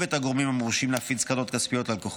את הגורמים המורשים להפיץ קרנות כספיות ללקוחות.